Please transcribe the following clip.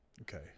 okay